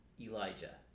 Elijah